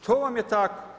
To vam je tako.